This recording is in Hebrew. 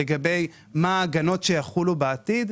לגבי ההגנות שיחולו בעתיד.